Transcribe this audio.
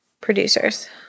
producers